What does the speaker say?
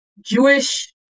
Jewish